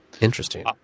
Interesting